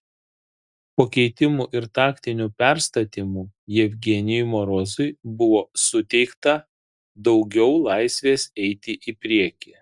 po keitimų ir taktinių perstatymų jevgenijui morozui buvo suteikta daugiau laisvės eiti į priekį